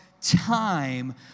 time